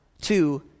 Two